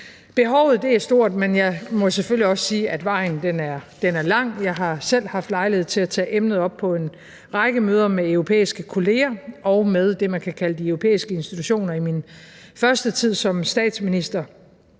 Behovet er stort, men jeg må selvfølgelig også sige, at vejen er lang. Jeg har selv haft lejlighed til at tage emnet op på en række møder med europæiske kolleger og med det, man kan kalde de europæiske institutioner, i min første tid som statsminister.